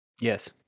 Yes